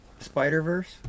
Spider-Verse